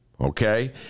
Okay